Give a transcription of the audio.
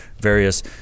various